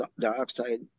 dioxide